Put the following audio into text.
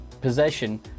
possession